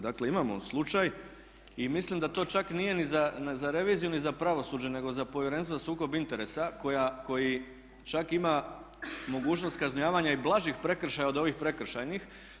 Dakle imamo slučaj i mislim da to čak nije ni za reviziju ni za pravosuđe nego za Povjerenstvo za sukob interesa koji čak ima mogućnost kažnjavanja i blažih prekršaja od ovih prekršajnih.